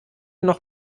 noch